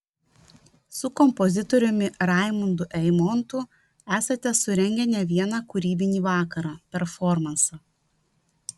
su kompozitoriumi raimundu eimontu esate surengę ne vieną kūrybinį vakarą performansą